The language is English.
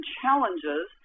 challenges